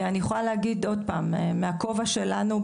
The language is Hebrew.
אני יכולה להגיד עוד פעם מהכובע שלנו,